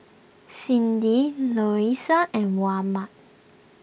Cindi and Mohammad